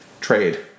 trade